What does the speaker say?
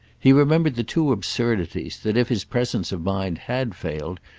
he remembered the two absurdities that, if his presence of mind had failed,